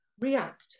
react